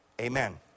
Amen